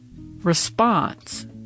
response